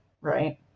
right